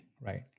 right